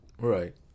Right